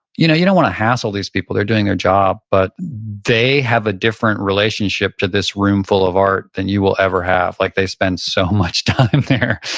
you know you don't want to hassle these people, they're doing their job, but they have a different relationship to this room full of art than you will ever have. like they spend so much time there.